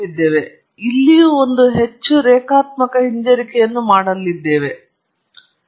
ನಾವು ಇಲ್ಲಿಯೂ ಒಂದು ಹೆಚ್ಚು ರೇಖಾತ್ಮಕ ಹಿಂಜರಿಕೆಯನ್ನು ಮಾಡಲಿದ್ದೇವೆ ಆದರೆ ಈ ಉದಾಹರಣೆಯಲ್ಲಿ ನಾವು ಹೊಂದಿದ್ದ ಹೆಚ್ಚು ಸೂಕ್ತ ಉದಾಹರಣೆಯೆಂದರೆ ಉಪನ್ಯಾಸ